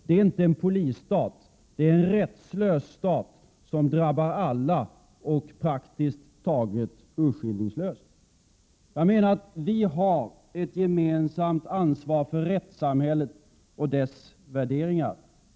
Det är inte fråga om en polisstat. Det är en rättslös stat, som drabbar alla och praktiskt taget urskillningslöst. Jag menar att vi har ett gemensamt ansvar för rättssamhället och dess värderingar.